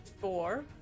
four